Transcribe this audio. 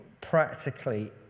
practically